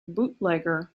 bootlegger